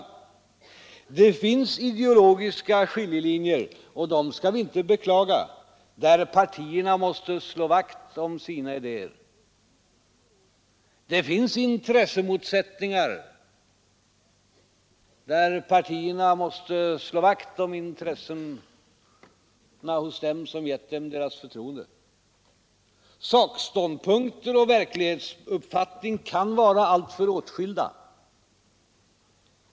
De finns i ideologiska skiljelinjer, och dem skall vi inte beklaga, där partierna måste slå vakt om sina idéer. Det finns motsättningar där partierna måste slå vakt om deras intressen som givit dem sitt förtroende. Sakståndpunkter och verklighetsuppfattning kan vara alltför åtskilda.